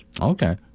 Okay